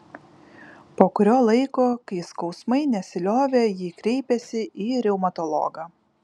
po kurio laiko kai skausmai nesiliovė ji kreipėsi į reumatologą